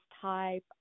type